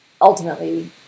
ultimately